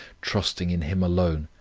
trusting in him alone,